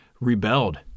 rebelled